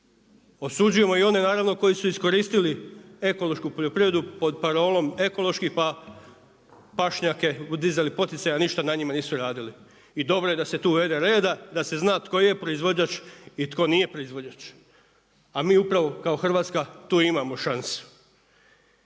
Osuđujemo i one naravno koji su iskoristili ekološku poljoprivredu pod parolom ekološki pa pašnjake dizali poticaje a ništa na njima nisu radili. I dobro je da se tu uvede reda i da se zna tko je proizvođač i tko nije proizvođač. A mi upravo kao Hrvatska tu imamo šansu.